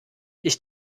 ich